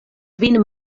vin